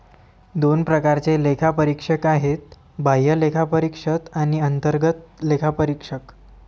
दोन प्रकारचे लेखापरीक्षक आहेत, बाह्य लेखापरीक्षक आणि अंतर्गत लेखापरीक्षक